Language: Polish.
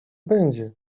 będzie